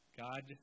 God